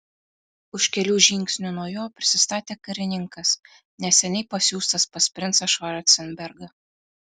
už kelių žingsnių nuo jo prisistatė karininkas neseniai pasiųstas pas princą švarcenbergą